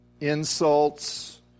insults